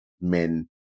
men